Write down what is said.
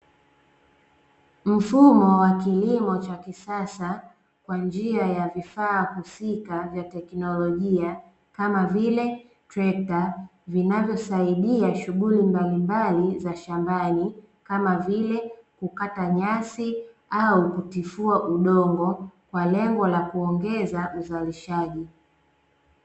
Mfumo wa kilimo cha kisasa, kwa njia ya vifaa husika vya teknolojia, kama vile trekta, vinavyosaidia shughuli mbalimbali za shambani, kama vile kukata nyasi, au kutifua udongo, kwa lengo la kuongeza uzalishaji.